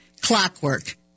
Clockwork